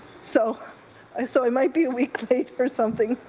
so i so i might be a week late or something.